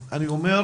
אני אומר